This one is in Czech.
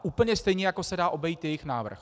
Úplně stejně, jako se dá obejít jejich návrh.